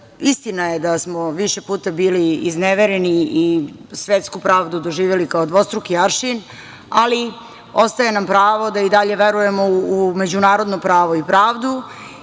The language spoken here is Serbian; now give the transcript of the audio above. je da smo više puta bili iznevereni i svetsku pravdu doživeli kao dvostruki aršin, ali ostaje nam pravo da i dalje verujemo u međunarodno pravo i pravdu